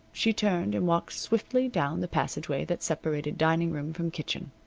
she turned and walked swiftly down the passageway that separated dining-room from kitchen.